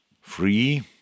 free